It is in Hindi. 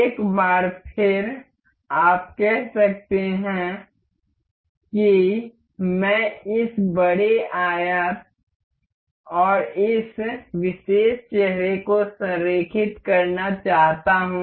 एक बार फिर आप कह सकते हैं कि मैं इस बड़े आयत पर इस विशेष चेहरे को संरेखित करना चाहता हूं